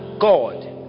God